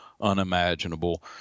unimaginable